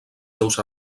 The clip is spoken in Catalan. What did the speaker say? seus